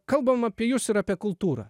kalbam apie jus ir apie kultūrą